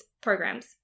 programs